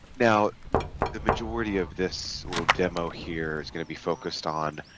now the majority of this little demo here is going to be focused on